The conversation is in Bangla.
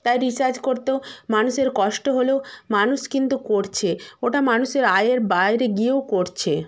তাই রিচার্জ করতেও মানুষের কষ্ট হলেও মানুষ কিন্তু করছে ওটা মানুষের আয়ের বাইরে গিয়েও করছে